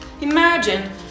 imagine